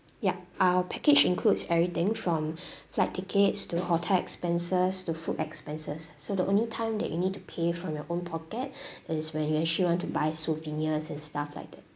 yup our package includes everything from flight tickets to hotel expenses to food expenses so the only time that you need to pay from your own pocket is when you actually want to buy souvenirs and stuff like that